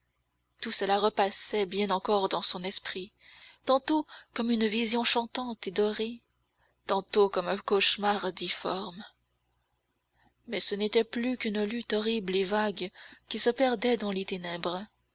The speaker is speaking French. tout cela repassait bien encore dans son esprit tantôt comme une vision chantante et dorée tantôt comme un cauchemar difforme mais ce n'était plus qu'une lutte horrible et vague qui se perdait dans les ténèbres